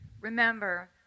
Remember